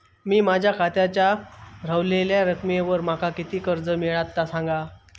मी माझ्या खात्याच्या ऱ्हवलेल्या रकमेवर माका किती कर्ज मिळात ता सांगा?